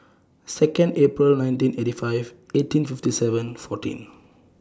Second April nineteen eighty five eighteen fifty seven fourteen